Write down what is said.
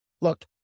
Look